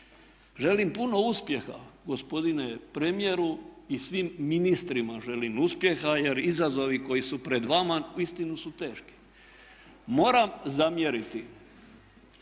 Želim puno uspjeha gospodine premijeru i svim ministrima želim uspjeha, jer izazovi koji su pred vama uistinu su teški. Moram zamjeriti,